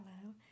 Hello